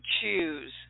choose